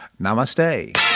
Namaste